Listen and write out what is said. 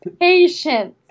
patience